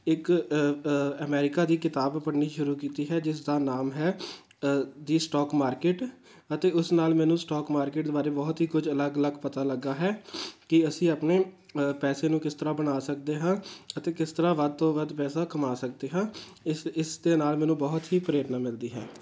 ਇੱਕ ਅਮੈਰੀਕਾ ਦੀ ਕਿਤਾਬ ਪੜ੍ਹਨੀ ਸ਼ੁਰੂ ਕੀਤੀ ਹੈ ਜਿਸ ਦਾ ਨਾਮ ਹੈ ਦੀ ਸਟੋਕ ਮਾਰਕੀਟ ਅਤੇ ਉਸ ਨਾਲ਼ ਮੈਨੂੰ ਸਟੋਕ ਮਾਰਕੀਟ ਬਾਰੇ ਬਹੁਤ ਹੀ ਕੁਝ ਅਲੱਗ ਅਲੱਗ ਪਤਾ ਲੱਗਾ ਹੈ ਕਿ ਅਸੀਂ ਆਪਣੇ ਪੈਸੇ ਨੂੰ ਕਿਸ ਤਰ੍ਹਾਂ ਬਣਾ ਸਕਦੇ ਹਾਂ ਅਤੇ ਕਿਸ ਤਰ੍ਹਾਂ ਵੱਧ ਤੋਂ ਵੱਧ ਪੈਸਾ ਕਮਾ ਸਕਦੇ ਹਾਂ ਇਸ ਇਸ ਦੇ ਨਾਲ਼ ਮੈਨੂੰ ਬਹੁਤ ਹੀ ਪ੍ਰੇਰਨਾ ਮਿਲਦੀ ਹੈ